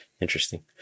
Interesting